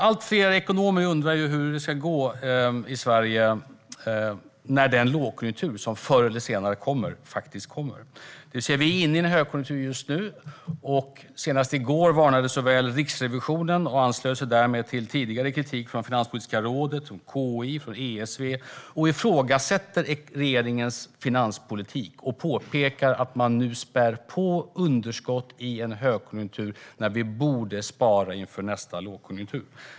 Allt fler ekonomer undrar hur det ska gå i Sverige när den lågkonjunktur som förr eller senare kommer faktiskt kommer. Vi är inne i en högkonjunktur just nu, och senast i går varnade Riksrevisionen och anslöt sig därmed till tidigare kritik från Finanspolitiska rådet, Konjunkturinstitutet och ESV. Man ifrågasätter regeringens finanspolitik och påpekar att regeringen nu spär på underskott i en högkonjunktur när vi i stället borde spara inför nästa lågkonjunktur.